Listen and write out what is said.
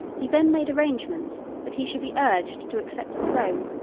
he then made arrangements that he should be urged to accept the throne,